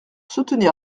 soutenir